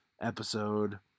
episode